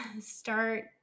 start